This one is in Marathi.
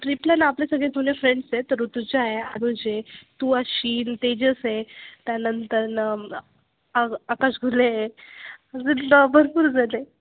ट्रिपला ना आपले सगळे जुने फ्रेंड्स आहेत ऋतुजा आहे आजून जे तू असशील तेजेस आहे त्यानंतरनं आ आकाश घुले आहे असे भरपूर झाले